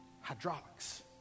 Hydraulics